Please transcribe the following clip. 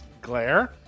glare